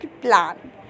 plan